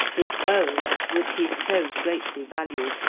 his bow, which he so greatly valued,